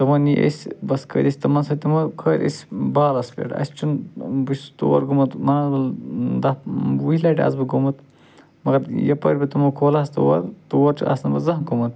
تِمو نی أسۍ بس کھٔتۍ أسۍ تِمن سۭتۍ تِمو کھٲلۍ أسۍ بالَس پٮ۪ٹھ اسہِ چھُنہٕ بہٕ چھُس تور گوٚمُت مانسبل دہ وُہہِ لَٹہِ آسہٕ بہٕ گوٚمُت مگر یَپٲرۍ بہٕ تِمو کھولہَس تور تور چھُ آسہٕ نہٕ بہٕ زانٛہہ گوٚمُت